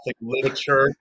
literature